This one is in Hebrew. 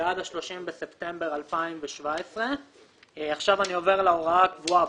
ועד ה-30 בספטמבר 2017. אני עובר להוראה הקבועה.